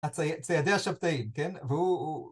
ציידי השבתאים, כן? והוא...